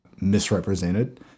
misrepresented